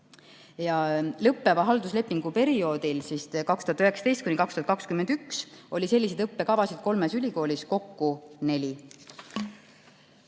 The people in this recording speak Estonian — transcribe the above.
Lõppeval halduslepingu perioodil, 2019–2021 oli selliseid õppekavasid kolmes ülikoolis kokku neli.